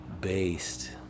Based